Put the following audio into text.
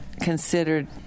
considered